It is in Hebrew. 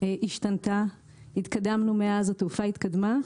השתנתה ומאז התקדמנו והתעופה התקדמה.